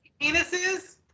Penises